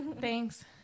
thanks